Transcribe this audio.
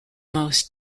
most